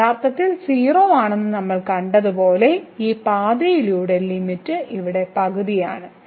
ഇത് യഥാർത്ഥത്തിൽ 0 ആണെന്ന് നമ്മൾ കണ്ടതുപോലെ ഈ പാതയിലൂടെ ലിമിറ്റ് ഇവിടെ പകുതിയാണ്